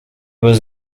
was